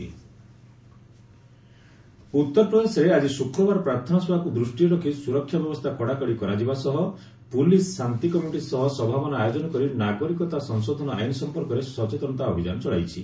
UP police ଆକ୍କନ୍ ଉତ୍ତର ପ୍ରଦେଶରେ ଆଜି ଶୁକ୍ରବାର ପ୍ରାର୍ଥନା ସଭାକୁ ଦୃଷ୍ଟିରେ ରଖି ସୁରକ୍ଷା ବ୍ୟବସ୍ଥା କଡ଼ାକଡ଼ି କରାଯିବା ସହ ପୁଲିସ୍ ଶାନ୍ତି କମିଟି ସହ ବୈଠକ ଆୟୋଜନ କରି ନାଗରିକତା ସଂଶୋଧନ ଆଇନ ସମ୍ପର୍କରେ ସଚେତନତା ଅଭିଯାନ ଚଳାଇଛି